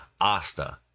asta